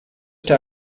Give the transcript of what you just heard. der